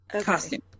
Costume